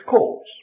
cause